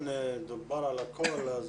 דובר על הכול.